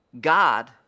God